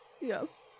Yes